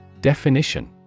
Definition